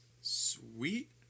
Sweet